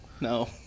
No